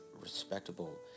respectable